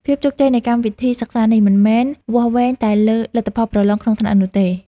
ភាពជោគជ័យនៃកម្មវិធីសិក្សានេះ មិនមែនវាស់វែងតែលើលទ្ធផលប្រឡងក្នុងថ្នាក់នោះទេ។